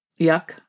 Yuck